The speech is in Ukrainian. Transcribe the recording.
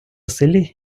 селі